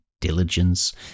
diligence